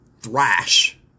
thrash